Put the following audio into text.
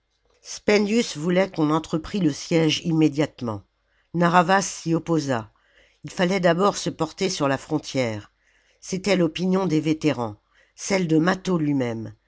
spendius voulait qu'on entreprît le siège immédiatement narr'havas s'y opposa il fallait d'abord se porter sur la frontière c'était fopinion des vétérans celle de mâtho lui-même